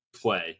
play